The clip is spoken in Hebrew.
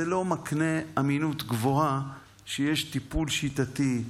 זה לא מקנה אמינות גבוהה שיש טיפול שיטתי,